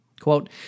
Quote